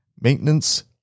maintenance